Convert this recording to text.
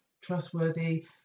trustworthy